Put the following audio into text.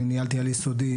אני ניהלתי על יסודי,